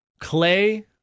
Clay